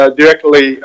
directly